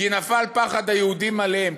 "כי נפל פחד היהודים עליהם",